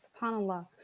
SubhanAllah